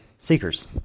seekers